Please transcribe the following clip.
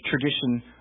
tradition